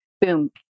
boom